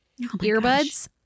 earbuds